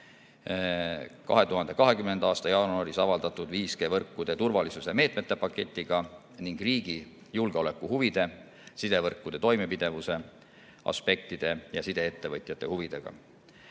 2020. aasta jaanuaris avaldatud 5G‑võrkude turvalisuse meetmete paketiga ning riigi julgeolekuhuvide, sidevõrkude toimepidevuse aspektide ja sideettevõtjate huvidega.